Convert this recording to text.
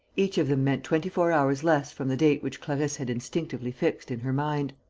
each of them meant twenty-four hours less from the date which clarisse had instinctively fixed in her mind.